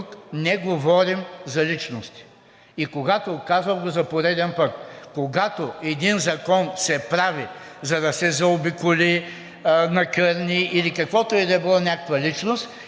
тук не говорим за личности, казвам го за пореден път. Когато един закон се прави, за да се заобиколи, накърни или каквото и да било, някаква личност,